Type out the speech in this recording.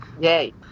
yay